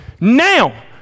Now